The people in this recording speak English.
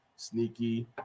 Sneaky